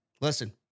Listen